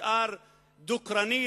נשאר דוקרני,